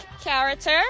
character